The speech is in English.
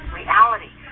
reality